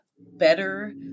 better